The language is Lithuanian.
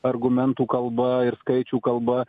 argumentų kalba ir skaičių kalba